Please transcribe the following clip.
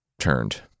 turned